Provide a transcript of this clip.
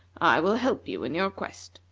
i will help you in your quest,